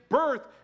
birth